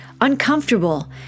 uncomfortable